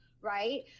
right